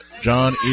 John